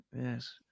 Yes